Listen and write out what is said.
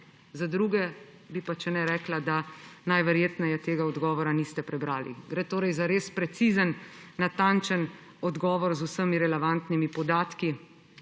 Za druge bi pač rekla, da najverjetneje tega odgovora niste prebrali. Gre torej za res precizen, natančen odgovor z vsemi relevantnimi podatki,